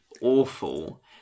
awful